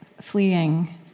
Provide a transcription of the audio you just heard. fleeing